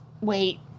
wait